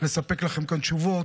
לספק לכם כאן תשובות,